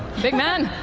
big man.